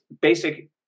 basic